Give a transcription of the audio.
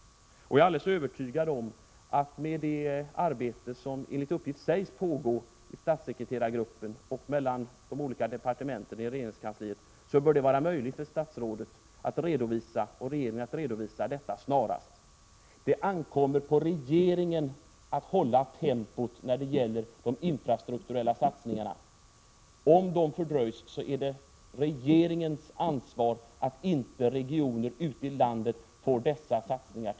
Med hänsyn till det arbete som enligt uppgift pågår i statssekreterargruppen och i de olika departementen bör det vara möjligt för statsrådet och regeringen att redovisa detta snarast. Det ankommer på regeringen att hålla tempot när det gäller de infrastrukturella satsningarna. Om arbetet fördröjs, så är det regeringen som har ansvaret för att regioner ute i landet inte får del av dessa satsningar.